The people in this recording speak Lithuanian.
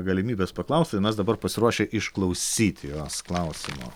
galimybės paklausti mes dabar pasiruošę išklausyti jos klausimo